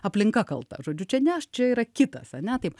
aplinka kalta žodžiu čia ne aš čia yra kitas ane taip